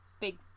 big